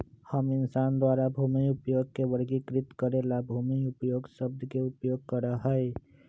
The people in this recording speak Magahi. हम इंसान द्वारा भूमि उपयोग के वर्गीकृत करे ला भूमि उपयोग शब्द के उपयोग करा हई